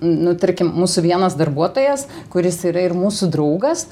nu tarkim mūsų vienas darbuotojas kuris yra ir mūsų draugas